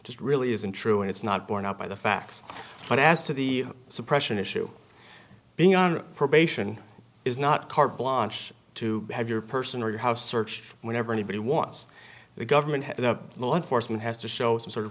just really isn't true and it's not borne out by the facts but as to the suppression issue being on probation is not carte blanche to have your person or your house searched whenever anybody wants the government the law enforcement has to show some sort of